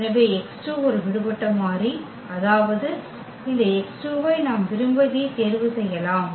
எனவே x2 ஒரு விடுபட்ட மாறி அதாவது இந்த x2 ஐ நாம் விரும்பியதை தேர்வு செய்யலாம்